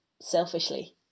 selfishly